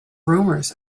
rumors